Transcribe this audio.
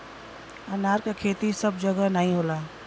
अनार क खेती सब जगह नाहीं होला